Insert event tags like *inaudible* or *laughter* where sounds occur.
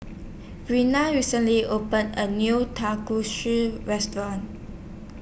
Breana recently opened A New *unintelligible* Restaurant